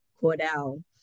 Cordell